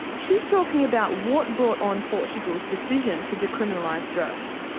she is talking about what brought on portugal's decision to decriminalise drugs.